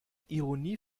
ironie